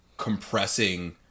compressing